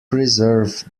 preserve